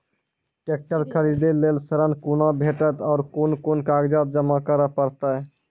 Tractor खरीदै लेल ऋण कुना भेंटते और कुन कुन कागजात जमा करै परतै?